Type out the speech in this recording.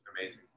Amazing